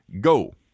go